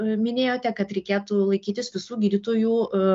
minėjote kad reikėtų laikytis visų gydytojų